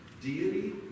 Deity